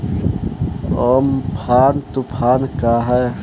Amphan तुफान का ह?